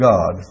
God